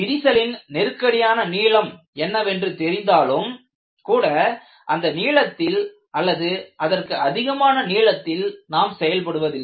விரிசலின் நெருக்கடியான நீளம் என்னவென்று தெரிந்தாலும் கூட அந்த நீளத்தில் அல்லது அதற்கு அதிகமான நீளத்தில் நாம் செயல்படுவதில்லை